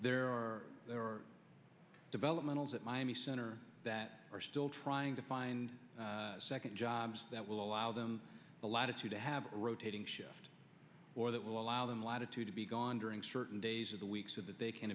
there are there are developmental is at miami center that are still trying to find second jobs that will allow them the latitude to have a rotating shift or that will allow them latitude to be gone during certain days of the week so that they can